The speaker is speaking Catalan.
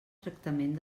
tractament